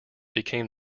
became